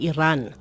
Iran